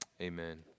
amen